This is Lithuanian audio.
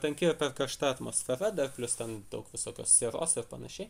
tanki ir per karšta atmosfera dar plius ten daug visokios sieros ir panašiai